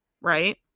right